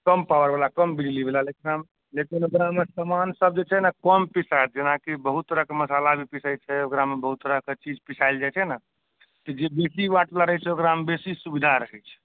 कम power वाला कम बिजली वाला लेकिन ओकरामे समान सब जे छै ने कम पिसायत जेनाकि बहुत तरहके मसाला पिसाइ छै ओकरामे बहुत तरहके चीज पिसैल जाइ छै ने जे बेसी वाट वाला रहै छै ओहिमे बेसी सुविधा रहै छै